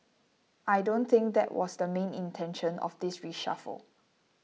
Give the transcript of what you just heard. I don't think that was the main intention of this reshuffle